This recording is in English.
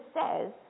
says